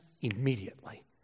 immediately